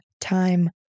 time